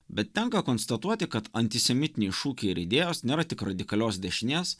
bet tenka konstatuoti kad antisemitiniai šūkiai ir idėjos nėra tik radikalios dešinės